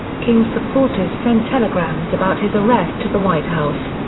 king's supporters sent telegrams about his arrest to the white house.